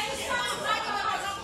איזה שר נוסע פעמיים בחודש?